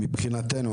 מבחינתנו,